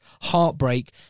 heartbreak